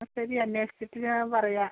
ആ ശരി അന്വേഷിച്ചിട്ട് ഞാൻ പറയാം